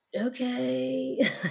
Okay